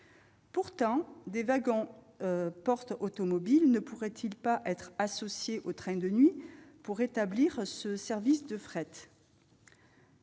train ! Des wagons porte-automobiles ne pourraient-ils pas être associés aux trains de nuit pour rétablir ce service de fret ?